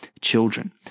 children